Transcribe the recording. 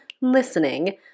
listening